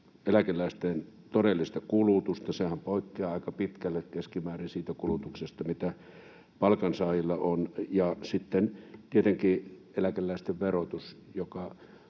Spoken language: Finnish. eläkeläisten todellista kulutusta — sehän poikkeaa aika pitkälle siitä kulutuksesta, mitä palkansaajilla keskimäärin on. Ja sitten tietenkin eläkeläisten verotus